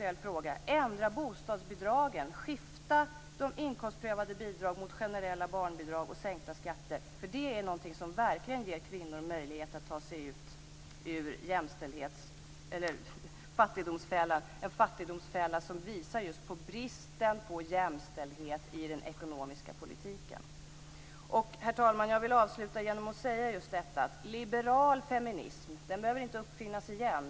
Det är en mycket aktuell fråga. Skifta de inkomstprövade bidragen mot generella barnbidrag och sänkta skatter! Det är någonting som verkligen ger kvinnor möjlighet att ta sig ut ur fattigdomsfällan, en fattigdomsfälla som visar just på bristen på jämställdhet i den ekonomiska politiken. Herr talman! Jag vill avsluta med att säga att liberal feminism inte behöver uppfinnas igen.